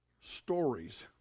stories